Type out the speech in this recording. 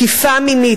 תקיפה מינית,